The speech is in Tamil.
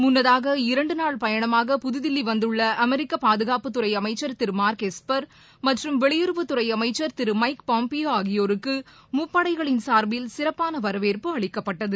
முன்னதாக இரண்டுநாள் பயணமாக புதுதில்லிவந்துள்ளஅமெரிக்கபாதுகாப்புத்துறைஅமைச்சர் திருமார்க் எஸ்பர் மற்றும் வெளியுறவுத்துறைஅமைச்சர் திருமைக் பாம்பியோஆகியோருக்குமுப்படைகளின் சார்பில் சிறப்பானவரவேற்பு அளிக்கப்பட்டது